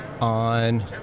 on